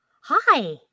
hi